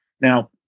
Now